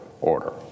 order